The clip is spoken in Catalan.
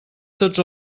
tots